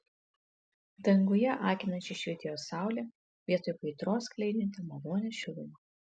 danguje akinančiai švytėjo saulė vietoj kaitros skleidžianti malonią šilumą